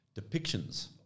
depictions